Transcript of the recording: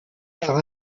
par